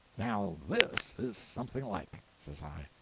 now this is something like! says i.